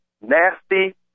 nasty